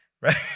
Right